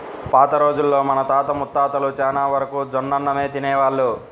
పాత రోజుల్లో మన తాత ముత్తాతలు చానా వరకు జొన్నన్నమే తినేవాళ్ళు